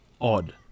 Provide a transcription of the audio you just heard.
odd